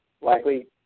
likely